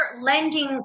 lending